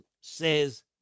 says